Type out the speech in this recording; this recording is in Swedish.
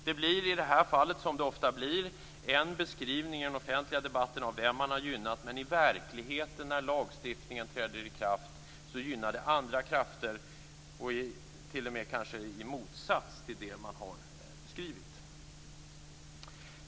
Det blir i det här fallet som det ofta blir, en beskrivning i den offentliga debatten av vem man har gynnat. Men i verkligheten när lagstiftningen träder i kraft gynnar det andra krafter, kanske t.o.m. i motsats till det man har beskrivit.